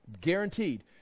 Guaranteed